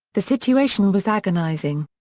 the situation was agonizing.